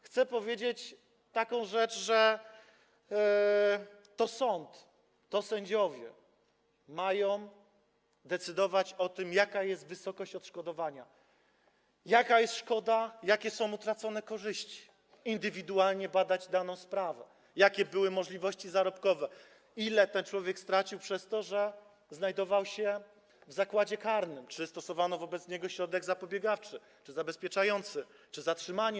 Chcę powiedzieć taką rzecz, że to sąd, to sędziowie mają decydować o tym, jaka jest wysokość odszkodowania, jaka jest szkoda, jakie są utracone korzyści, indywidualnie badać daną sprawę, jakie były możliwości zarobkowe, ile ten człowiek stracił przez to, że znajdował się w zakładzie karnym, że stosowano wobec niego środek zapobiegawczy czy zabezpieczający, że było zatrzymanie.